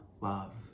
love